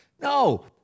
No